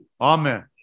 Amen